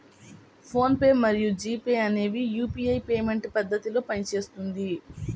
phone pay మరియు G Pay అనేవి UPI payment పద్ధతిలో పనిచేస్తుంది